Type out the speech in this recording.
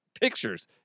pictures